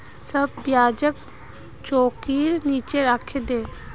सब प्याजक चौंकीर नीचा राखे दे